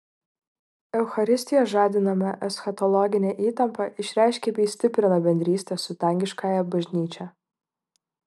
eucharistijos žadinama eschatologinė įtampa išreiškia bei stiprina bendrystę su dangiškąja bažnyčia